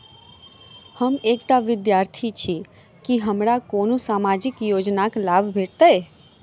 हम एकटा विद्यार्थी छी, की हमरा कोनो सामाजिक योजनाक लाभ भेटतय?